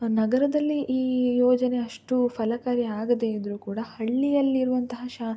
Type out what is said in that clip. ನಗರದಲ್ಲಿ ಈ ಯೋಜನೆ ಅಷ್ಟು ಫಲಕಾರಿಯಾಗದೆ ಇದ್ರೂ ಕೂಡ ಹಳ್ಳಿಯಲ್ಲಿರುವಂತಹ ಶಾ